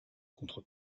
contre